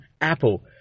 Apple